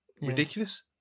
Ridiculous